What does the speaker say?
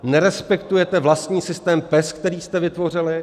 Nerespektujete vlastní systém PES, který jste vytvořili.